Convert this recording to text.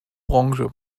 branche